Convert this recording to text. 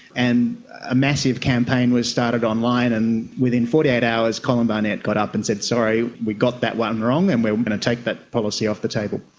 and a massive campaign was started online, and within forty eight hours colin barnett got up and said, sorry, we got that one wrong and we are going to take that policy off the table.